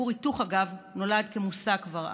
כור היתוך, אגב, נולד כמושג כבר אז.